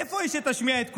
איפה היא שתשמיע את קולה?